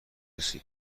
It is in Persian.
کسی